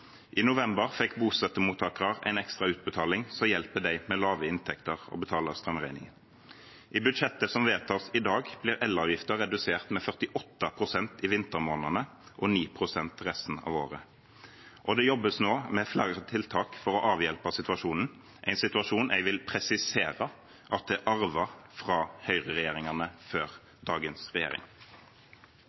I november fikk bostøttemottakere en ekstra utbetaling, som hjelper dem med lave inntekter å betale strømregningen. I budsjettet som vedtas i dag, blir elavgiften redusert med 48 pst. i vintermånedene, og 9 pst. resten av året. Det jobbes nå med flere tiltak for å avhjelpe situasjonen, en situasjon jeg vil presisere at dagens regjering har arvet fra Høyre-regjeringene før